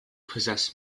possess